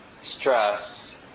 stress